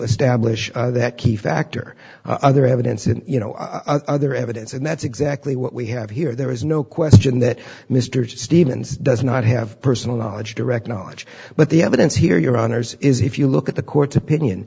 establish that key factor other evidence and you know other evidence and that's exactly what we have here there is no question that mr stevens does not have personal knowledge direct knowledge but the evidence here your honour's is if you look at the court's opinion